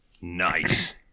Nice